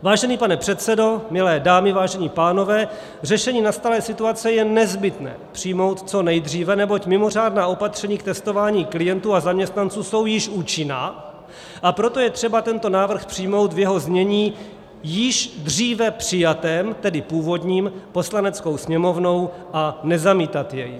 Vážený pane předsedo, milé dámy, vážení pánové, řešení nastalé situace je nezbytné přijmout co nejdříve, neboť mimořádná opatření k testování klientů a zaměstnanců jsou již účinná, proto je třeba tento návrh přijmout v jeho znění již dříve přijatém, tedy původním, Poslaneckou sněmovnou a nezamítat jej.